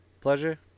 Pleasure